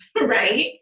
Right